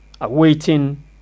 awaiting